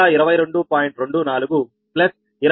44 Pg0